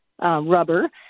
rubber